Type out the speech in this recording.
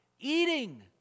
eating